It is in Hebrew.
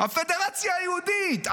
הפדרציה היהודית.